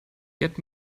get